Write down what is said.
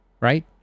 Right